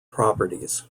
properties